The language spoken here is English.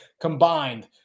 combined